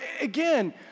Again